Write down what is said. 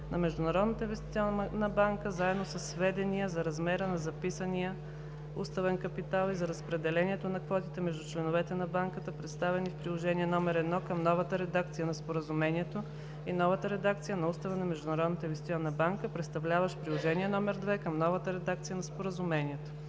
на Международната инвестиционна банка заедно със сведения за размера на записания уставен капитал и за разпределението на квотите между членовете на Банката, представени в Приложение № 1 към новата редакция на Споразумението, и новата редакция на устава на Международната инвестиционна банка, представляващ Приложение № 2 към новата редакция на Споразумението.